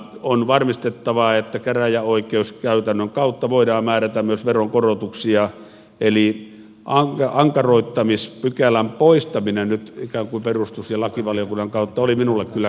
on varmistettava että käräjäoikeuskäytännön kautta voidaan määrätä myös veronkorotuksia eli ankaroittamispykälän poistaminen nyt ikään kuin perustuslaki ja lakivaliokunnan kautta oli minulle kyllä käsittämätön